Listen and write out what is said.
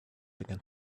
began